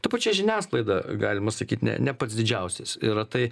ta pačia žiniasklaida galima sakyt ne ne pats didžiausias yra tai